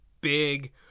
big